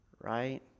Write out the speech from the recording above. right